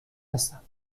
هستم